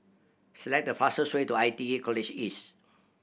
select the fastest way to I T E College East